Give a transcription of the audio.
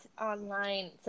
online